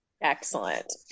Excellent